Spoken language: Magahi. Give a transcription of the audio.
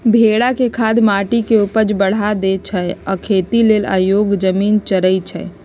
भेड़ा के खाद माटी के ऊपजा बढ़ा देइ छइ आ इ खेती लेल अयोग्य जमिन चरइछइ